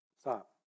Stop